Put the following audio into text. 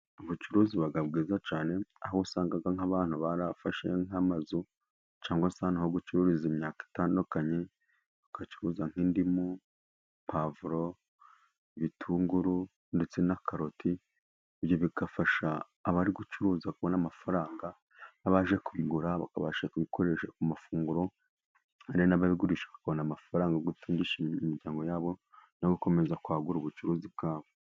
Ubucuruzi buba bwiza cyane. Aho wasangaga nk'abantu barafashe nk'amazu cyangwa se ahantu ho gucuruza imyaka itandukanye. Bagacuruza nk'indimu, pavuro, ibitunguru ndetse na karoti. Ibyo bigafasha abari gucuruza kubona amafaranga, n'abaje kubigura bakabasha kubikoresha mu mafunguro. Hari n'ababigurisha bakabona amafaranga yo gutungisha imiryango yabo no gukomeza kwagura ubucuruzi bwabo.